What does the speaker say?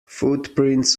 footprints